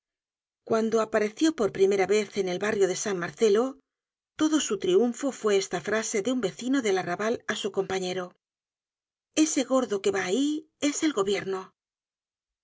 cuando apareció por primera vez en el barrio de san marcelo todo su triunfo fue esta frase de un vecino del arrabal á su compañero ese gordo que va ahí es el gobierno